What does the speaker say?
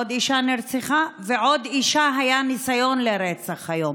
עוד אישה נרצחה ובעוד אישה היה ניסיון לרצח היום,